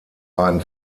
ein